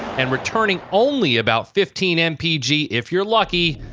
and, returning only about fifteen mpg if you're lucky,